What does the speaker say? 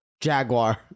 jaguar